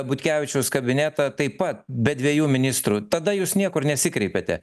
butkevičiaus kabinetą taip pat be dviejų ministrų tada jūs niekur nesikreipėte